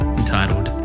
entitled